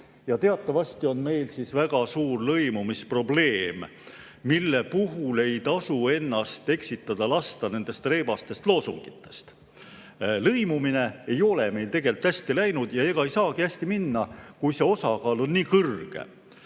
Teatavasti on meil väga suur lõimumisprobleem, mille puhul ei tasu ennast eksitada lasta nendest reibastest loosungitest. Lõimumine ei ole meil tegelikult hästi läinud ja ega ei saagi hästi minna, kui see osakaal on nii suur.